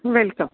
welcome